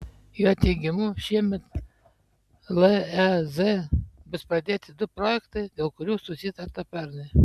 jo teigimu šiemet lez bus pradėti du projektai dėl kurių susitarta pernai